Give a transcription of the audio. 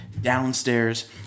downstairs